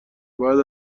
بعد